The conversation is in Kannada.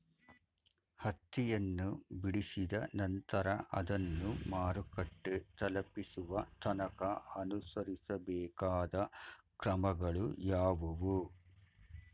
ಹತ್ತಿಯನ್ನು ಬಿಡಿಸಿದ ನಂತರ ಅದನ್ನು ಮಾರುಕಟ್ಟೆ ತಲುಪಿಸುವ ತನಕ ಅನುಸರಿಸಬೇಕಾದ ಕ್ರಮಗಳು ಯಾವುವು?